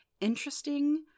interesting